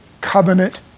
Covenant